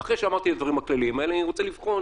ואחרי שאמרתי את הדברים הכלליים האלה אני רוצה לבחון